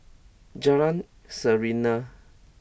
Jalan Serene